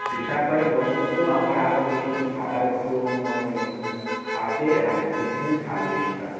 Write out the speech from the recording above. হিসাব করে বলুন তো আমার আরও কিছু দিন থাকার একটু মানে আছে আর কিছু দিন থাকবে সেটা